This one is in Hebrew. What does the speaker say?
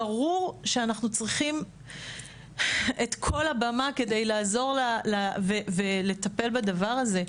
ברור שאנחנו צריכים את כל הבמה כדי לעזור לה ולטפל בדבר הזה,